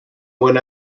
when